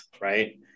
right